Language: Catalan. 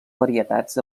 varietats